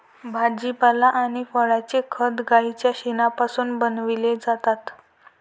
भाजीपाला आणि फळांचे खत गाईच्या शेणापासून बनविलेले जातात